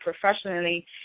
professionally